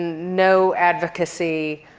no advocacy,